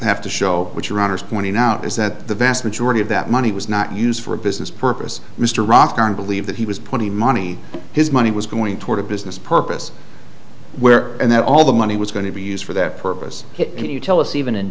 have to show which runners pointing out is that the vast majority of that money was not used for a business purpose mr rocker and believe that he was plenty money his money was going toward a business purpose where and that all the money was going to be used for that purpose and you tell us even in